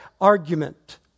argument